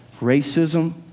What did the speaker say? racism